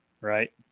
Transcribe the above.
Right